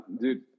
dude